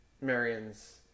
Marion's